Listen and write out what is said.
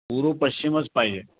पूर्व पश्चिमच पाहिजे